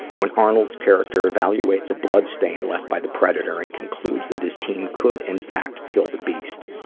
when arnold's character evaluates a blood stain left by the predator and concludes that his team could, in fact, kill the beast.